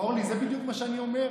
אורלי, זה בדיוק מה שאני אומר.